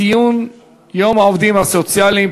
ציון יום העובדים הסוציאליים.